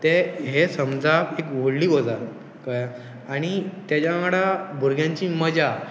ते हे समजा एक व्हडली गजाल कळ्ळें आनी तेज्या वांगडा भुरग्यांची मजा